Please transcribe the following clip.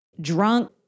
drunk